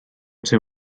too